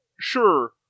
sure